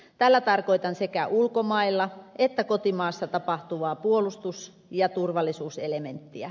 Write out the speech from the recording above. tällä tarkoitan sekä ulkomailla että kotimaassa tapahtuvaa puolustus ja turvallisuuselementtiä